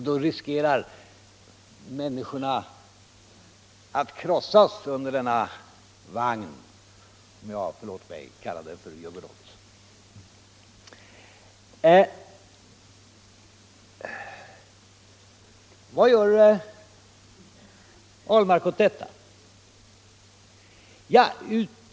Då riskerar människorna att krossas under denna juggernaut. Vad gör herr Ahlmark åt detta?